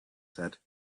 said